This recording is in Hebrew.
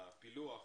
לפילוח,